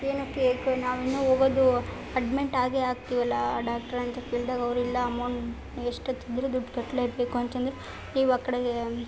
ಏನುಕ್ಕೆ ಏಕೆ ನಾವು ಇನ್ನು ಹೋಗುದು ಅಡ್ಮಿಂಟ್ ಆಗೇ ಆಗ್ತಿವಲ್ಲ ಡಾಕ್ಟ್ರೆ ಅಂತ ಕೇಳಿದಾಗ ಅವರು ಇಲ್ಲ ಅಮೌಂಟ್ ಎಷ್ಟು ತಂದರೂ ದುಡ್ಡು ಕಟ್ಟಲೇ ಬೇಕು ಅಂತಂದರು ನೀವು ಆ ಕಡೆಗೆ